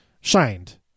shined